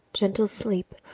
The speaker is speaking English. gentle sleep,